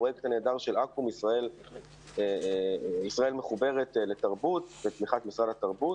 הפרויקט הנהדר של אקו"ם "ישראל מחוברת" לתרבות בתמיכת משרד התרבות.